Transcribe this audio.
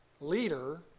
leader